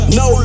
no